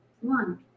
One